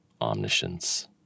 omniscience